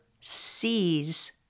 sees